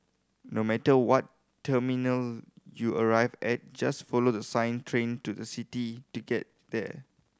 no matter what terminal you arrive at just follow the sign Train to the City to get there